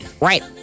Right